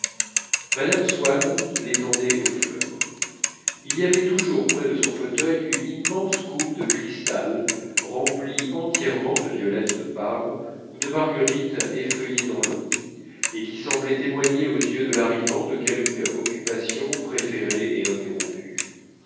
mme swann l'étendait aux fleurs il y avait toujours près de son fauteuil une immense coupe de cristal remplie entièrement de violettes de parme ou de marguerites effeuillées dans l'eau et qui semblait témoigner aux yeux de l'arrivant de quelque occupation préférée et interrompue